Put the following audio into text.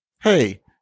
hey